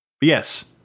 Yes